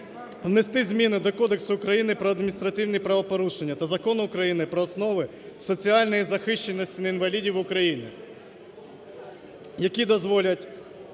внести зміни до Кодексу України про адміністративні правопорушення та Закону України "Про основи соціальної захищеності інвалідів України", які дозволять